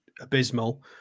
abysmal